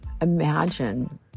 imagine